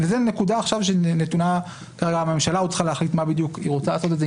הממשלה עוד צריכה להחליט מה בדיוק היא רוצה לעשות עם זה.